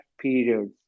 period